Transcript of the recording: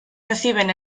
reciben